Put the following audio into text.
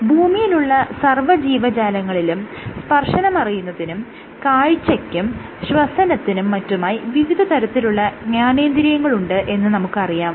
ഭൂമിയിലുള്ള സർവജീവജാലങ്ങളിലും സ്പർശനമറിയുന്നതിനും കാഴ്ചയ്ക്കും ശ്വസനത്തിനും മറ്റുമായി വിവിധതരത്തിലുള്ള ജ്ഞാനേന്ദ്രിയങ്ങളുണ്ട് എന്ന് നമുക്കറിയാം